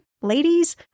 ladies